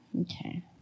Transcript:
Okay